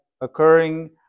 occurring